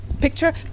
picture